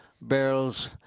Barrels